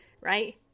Right